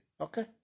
Okay